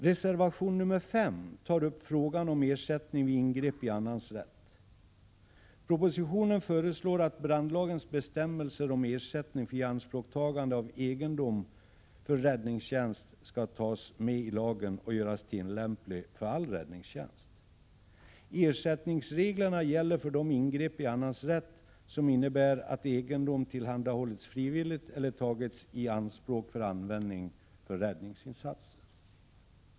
Reservation nr 5 tar upp frågan om ersättning vid ingrepp i annans rätt. Propositionen föreslår att brandlagens bestämmelser om ersättning för ianspråktagande av egendom för räddningstjänst skall tas med i lagen och göras tillämplig för all räddningstjänst. Ersättningsreglerna gäller för de ingrepp i annans rätt som innebär att egendom tillhandahållits frivilligt eller tagits i anspråk för användning vid räddningsinsatser.